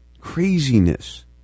craziness